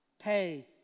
pay